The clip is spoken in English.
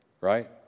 Right